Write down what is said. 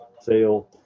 sale